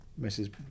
Mrs